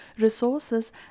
resources